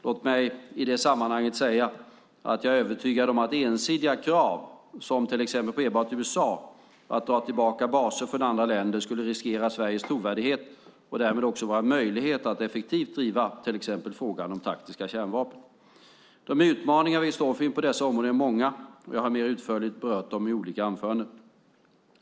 Låt mig i det sammanhanget säga att jag är övertygad om att ensidiga krav enbart på USA att dra tillbaka militära baser från andra länder skulle riskera Sveriges trovärdighet och därmed också våra möjligheter att effektivt driva till exempel frågan om taktiska kärnvapen. De utmaningar vi står inför på dessa områden är många, och jag har mer utförligt berört dem i olika anföranden.